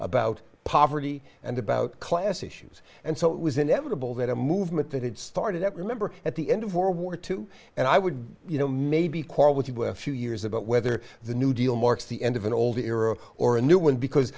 about poverty and about class issues and so it was inevitable that a movement that had started out remember at the end of world war two and i would you know maybe quarrel with you a few years about whether the new deal marks the end of an old era or a new one because